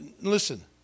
Listen